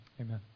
amen